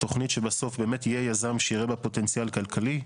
תוכנית שבסוף באמת יהיה יזם שיראה בה פוטנציאל כלכלי,